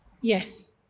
Yes